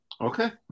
Okay